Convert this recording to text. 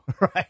Right